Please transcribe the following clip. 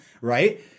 right